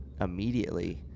immediately –